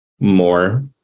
more